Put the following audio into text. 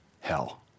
hell